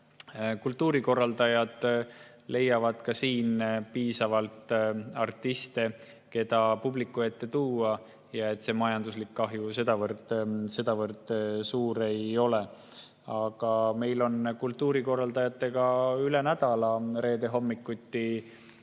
kultuurikorraldajad leiavad ka siit piisavalt artiste, keda publiku ette tuua, ja see majanduslik kahju sedavõrd suur ei ole. Meil on kultuurikorraldajatega üle nädala reedehommikuti